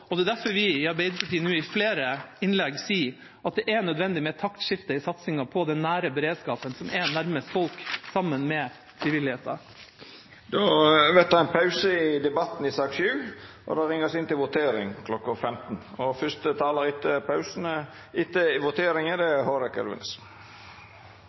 Det er derfor vi i Arbeiderpartiet i flere innlegg nå sier at det er nødvendig med et taktskifte i satsinga på den nære beredskapen som er nærmest folk, sammen med frivilligheten. Då vert det ein pause i debatten i sak nr. 7. Då er Stortinget klare til å gå til votering.